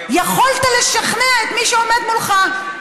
יכולת לשכנע את מי שעומד מולך.